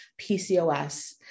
PCOS